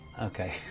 Okay